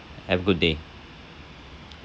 have a good day